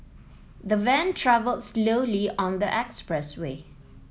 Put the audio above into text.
the van travelled slowly on the expressway